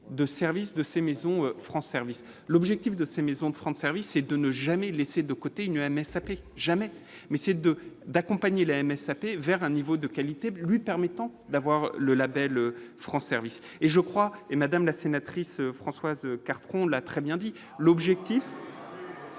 de service de ces maisons France service l'objectif de ces maisons de francs de service et de ne jamais laisser de côté une MSAP jamais mais c'est de d'accompagner la MSA fait vers un niveau de qualité lui permettant d'avoir le Label France service et je crois, et Madame, la sénatrice Françoise Cartron, l'a très bien dit l'objectif.